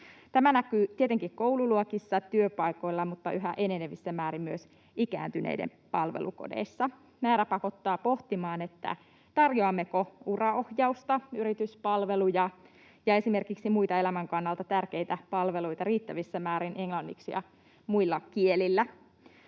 tietenkin koululuokissa ja työpaikoilla, mutta yhä enenevässä määrin myös ikääntyneiden palvelukodeissa. Määrä pakottaa pohtimaan, tarjoammeko uraohjausta, yrityspalveluja ja esimerkiksi muita elämän kannalta tärkeitä palveluita riittävässä määrin englanniksi ja muilla kielillä.